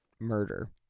murder